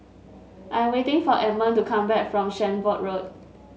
I am waiting for Edmond to come back from Shenvood Road